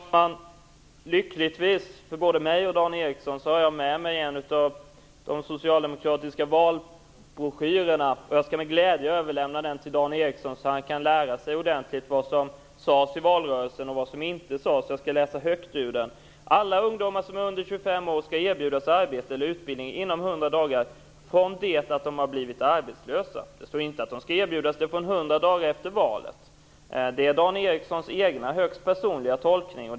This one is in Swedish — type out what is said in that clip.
Fru talman! Som tur är för både mig och Dan Ericsson har jag tagit med mig en av de socialdemokratiska valbroschyrerna. Jag skall med glädje överlämna den till Dan Ericsson, så att han ordentligt kan lära sig vad som sades och inte sades i valrörelsen. Jag skall läsa högt ur den: Alla ungdomar som är under 25 år skall erbjudas arbete eller utbildning inom 100 dagar från det att de har blivit arbetslösa. Det står inte att de skall erbjudas detta 100 dagar efter valet. Det är Dan Ericssons egen, högst personliga tolkning.